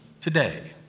today